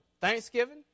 thanksgiving